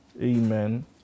amen